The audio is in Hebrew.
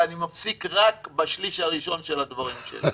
ואני מפסיק רק בשליש הראשון של הדברים שלי.